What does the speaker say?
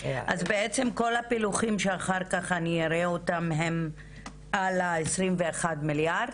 אז כל הפילוחים שאחר כך אני אראה אותם הם על ה-21 מיליארד?